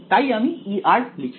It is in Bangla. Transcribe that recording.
তাই আমি E লিখি